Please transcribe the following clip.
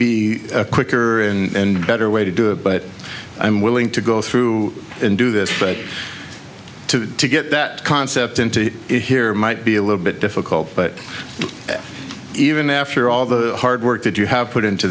a quicker and better way to do it but i'm willing to go through and do this right to get that concept into it here might be a little bit difficult but even after all the hard work that you have put into